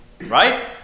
Right